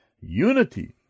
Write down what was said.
unity